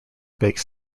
bake